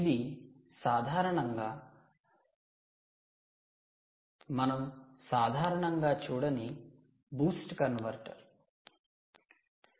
ఇది సాధారణంగా మనం సాధారణంగా చూడని 'బూస్ట్ కన్వర్టర్'